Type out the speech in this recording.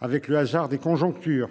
avec le hasard des conjonctures.